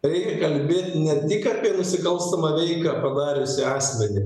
reikia kalbėti ne tik apie nusikalstamą veiką padariusį asmenį